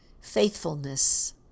faithfulness